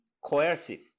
coercive